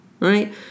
Right